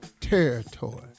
territory